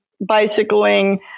bicycling